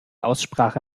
aussprache